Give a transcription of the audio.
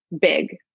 big